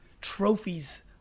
trophies